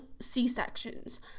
C-sections